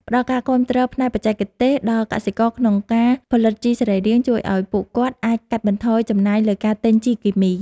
ផ្ដល់ការគាំទ្រផ្នែកបច្ចេកទេសដល់កសិករក្នុងការផលិតជីសរីរាង្គជួយឱ្យពួកគាត់អាចកាត់បន្ថយចំណាយលើការទិញជីគីមី។